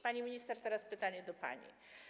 Pani minister, teraz pytanie do pani.